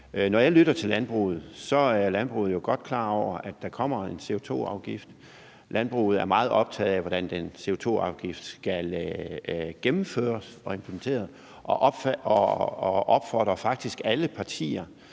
Når jeg lytter til landbruget, er landbruget jo godt klar over, at der kommer en CO2-afgift. Landbruget er meget optaget af, hvordan den CO2-afgift skal gennemføres og implementeres, og opfordrer faktisk alle partier,